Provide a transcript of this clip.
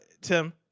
Tim